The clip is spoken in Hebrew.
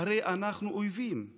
הרי אנחנו אויבים //